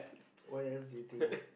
what else do you think